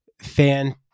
Fan